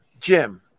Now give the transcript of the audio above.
Jim